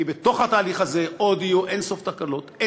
כי בתוך התהליך הזה עוד יהיו אין-סוף תקלות,